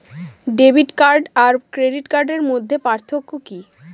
Debit card আর credit কার্ডের মধ্যে পার্থক্য কি?